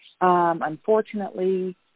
unfortunately